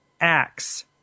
acts